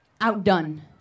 outdone